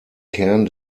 kern